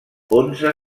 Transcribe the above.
onze